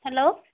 hello